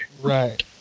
Right